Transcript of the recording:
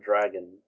dragon